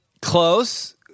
close